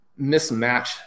mismatch